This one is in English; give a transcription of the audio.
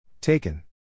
Taken